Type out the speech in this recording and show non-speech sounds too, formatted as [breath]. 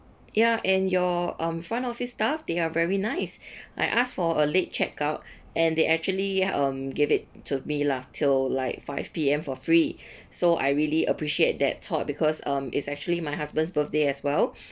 ya and your um front office staff they are very nice [breath] I asked for a late checkout and they actually um gave it to me lah till like five P_M for free [breath] so I really appreciate that thought because um it's actually my husband's birthday as well [breath]